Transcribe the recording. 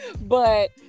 but-